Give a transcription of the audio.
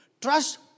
Trust